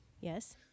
Yes